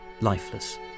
lifeless